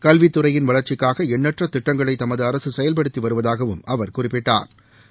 கல்வித் துறையின் வளர்ச்சிக்காக எண்ணற்ற திட்டங்களை தமது அரசு செயவ்படுத்தி வருவதாகவும் அவர் குறிப்பிட்டா்